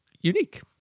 unique